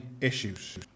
issues